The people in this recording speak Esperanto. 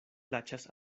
plaĉas